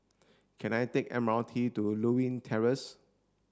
can I take a M R T to Lewin Terrace